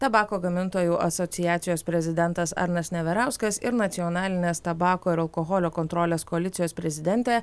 tabako gamintojų asociacijos prezidentas arnas neverauskas ir nacionalinės tabako ir alkoholio kontrolės koalicijos prezidentė